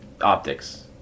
optics